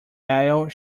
aisle